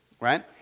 right